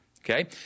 Okay